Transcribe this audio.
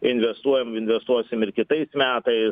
investuojam investuosim ir kitais metais